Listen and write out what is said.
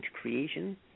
creation